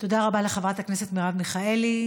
תודה רבה לחברת כנסת מרב מיכאלי.